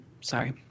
Sorry